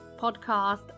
podcast